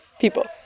people